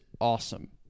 awesome